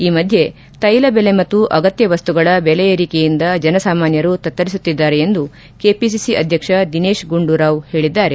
ಈ ಮಧ್ಯೆ ತೈಲ ಬೆಲೆ ಮತ್ತು ಅಗತ್ಯ ವಸ್ತುಗಳ ಬೆಲೆ ಏರಿಕೆಯಿಂದ ಜನ ಸಾಮಾನ್ಭರು ತತ್ತರಿಸುತ್ತಿದ್ದಾರೆ ಎಂದು ಕೆಪಿಸಿಸಿ ಅಧ್ಯಕ್ಷ ದಿನೇಶ್ ಗುಂಡೂರಾವ್ ಹೇಳಿದ್ದಾರೆ